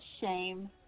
shame